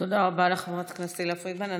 תודה רבה לחברת הכנסת תהלה פרידמן.